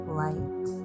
light